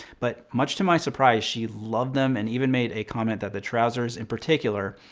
but much to my surprise, she loved them and even made a comment that the trousers, in particular,